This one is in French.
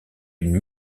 une